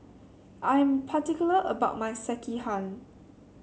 I am particular about my Sekihan